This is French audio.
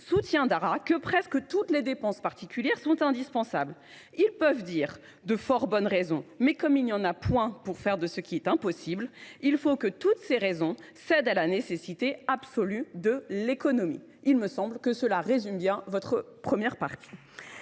soutiendra que presque toutes les dépenses particulières sont indispensables. Ils peuvent dire de fort bonnes raisons ; mais comme il n’y en a pas pour faire ce qui est impossible, il faut que toutes ces raisons cèdent à la nécessité absolue de l’économie. » Il me semble que ces mots résument bien ce premier chapitre